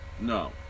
No